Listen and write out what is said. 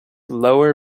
lower